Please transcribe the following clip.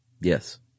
Yes